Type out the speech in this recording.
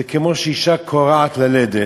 זה כמו שאישה כורעת ללדת,